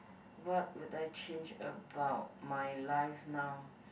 what would I change about my life now